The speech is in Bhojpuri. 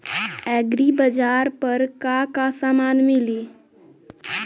एग्रीबाजार पर का का समान मिली?